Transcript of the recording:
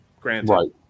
granted